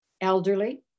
elderly